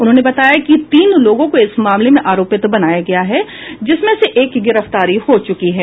उन्होंने बताया कि तीन लोगों को इस मामले में आरोपित बनाया गया है जिसमें से एक की गिरफ्तारी हो चुकी है